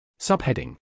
Subheading